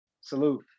Salute